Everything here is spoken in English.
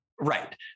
Right